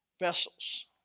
vessels